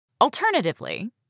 Alternatively